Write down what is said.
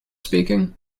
speaking